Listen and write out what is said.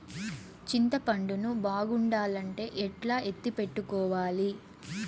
చింతపండు ను బాగుండాలంటే ఎట్లా ఎత్తిపెట్టుకోవాలి?